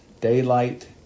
daylight